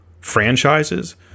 franchises